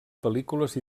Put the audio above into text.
pel·lícules